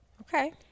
Okay